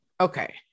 Okay